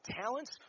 talents